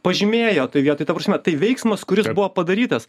pažymėjo tai vietoj ta prasme tai veiksmas kuris buvo padarytas